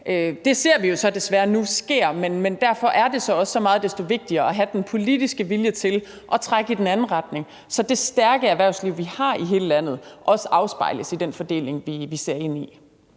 Det ser vi jo så desværre nu sker, men derfor er det så også så meget desto vigtigere at have den politiske vilje til at trække i den anden retning, så det stærke erhvervsliv, vi har i hele landet, også afspejles i den fordeling, vi ser ind i.